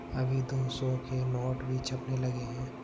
अभी दो सौ के नोट भी छपने लगे हैं